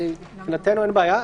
מבחינתנו, אין בעיה.